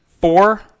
four